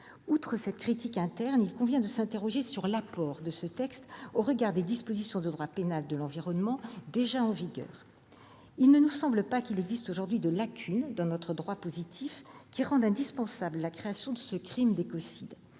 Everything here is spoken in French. Outre cette critique interne, il convient de s'interroger sur l'apport de ce texte au regard des dispositions de droit pénal de l'environnement déjà en vigueur. Il ne nous semble pas qu'il existe aujourd'hui de lacune dans notre droit positif qui rende indispensable la création de ce crime d'écocide